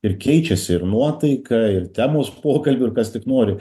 ir keičiasi ir nuotaika ir temos pokalbių ir kas tik nori